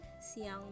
Siang